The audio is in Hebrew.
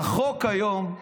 החוק היום,